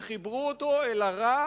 וחיברו אותו אל הרע